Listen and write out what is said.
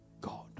God